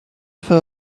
fur